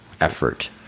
effort